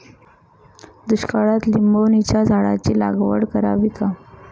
दुष्काळात निंबोणीच्या झाडाची लागवड करावी का?